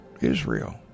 Israel